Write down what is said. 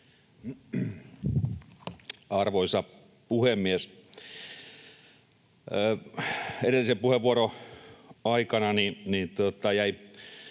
Arvoisa puhemies! Kun edellisen puheenvuoroni aikana jäivät